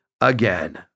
again